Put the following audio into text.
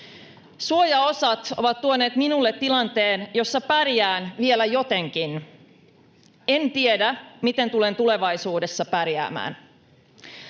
Suojaosat ovat tuoneet minulle tilanteen, jossa pärjään vielä jotenkin. En tiedä, miten tulen tulevaisuudessa pärjäämään."